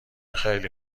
خیلی